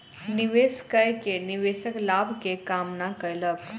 निवेश कय के निवेशक लाभ के कामना कयलक